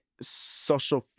social